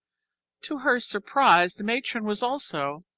to her surprise the matron was also,